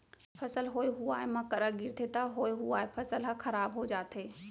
फसल होए हुवाए म करा गिरगे त होए हुवाए फसल ह खराब हो जाथे